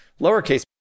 Lowercase